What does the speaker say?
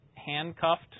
handcuffed